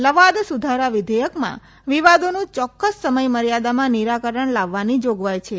લવાદ સુધારા વિધેયકમાં વિવાદોનું યોક્કસ સમથમર્યાદામાં નિરાકરણ લાવવાની જાગવાઈ છે